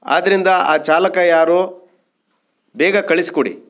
ಆದ್ದರಿಂದ ಆ ಚಾಲಕ ಯಾರು ಬೇಗ ಕಳಿಸಿಕೊಡಿ